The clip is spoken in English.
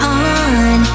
on